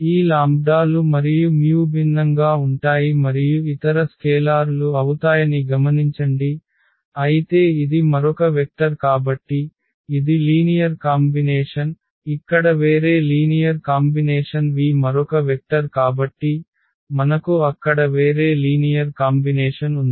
ఈ λ లు మరియు μ భిన్నంగా ఉంటాయి మరియు ఇతర స్కేలార్ లు అవుతాయని గమనించండి అయితే ఇది మరొక వెక్టర్ కాబట్టి ఇది లీనియర్ కాంబినేషన్ ఇక్కడ వేరే లీనియర్ కాంబినేషన్ v మరొక వెక్టర్ కాబట్టి మనకు అక్కడ వేరే లీనియర్ కాంబినేషన్ ఉంది